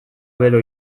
bero